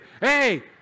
Hey